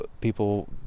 people